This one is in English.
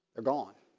ah gone